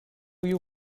you